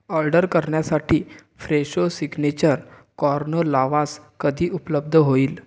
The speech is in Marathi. ऑर्डर करण्यासाठी फ्रेशो सिग्नेचर कॉर्नो लावास कधी उपलब्ध होईल